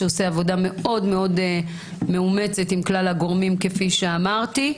שעושה עבודה מאוד מאוד מאומצת עם כלל הגורמים כפי שאמרתי.